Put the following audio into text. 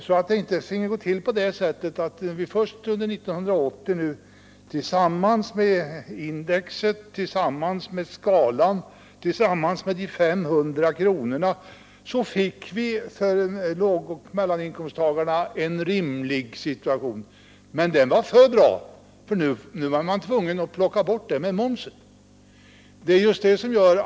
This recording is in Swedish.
Under 1980 fick lågoch mellaninkomsttagarna först en rimlig situation med hänsyn tagen till indexregleringen, till vissa ändringar av skatteskalan och till de 500 kronorna. Men den var för bra. Nu är man tvungen att ändra det genom en höjning av momsen.